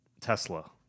Tesla